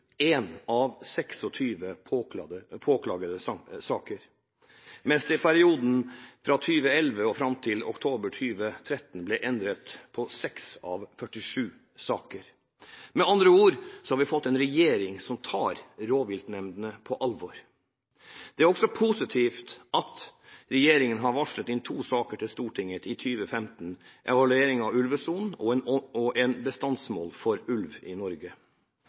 av 26 påklagde saker, mens det i perioden fra 2011 og fram til oktober 2013 ble endret på 6 av 41 saker. Med andre ord har vi fått en regjering som tar rovviltnemndene på alvor. Det er også positivt at regjeringen har varslet inn to saker til Stortinget i 2015 – evaluering av ulvesonen og et bestandsmål for ulv i Norge.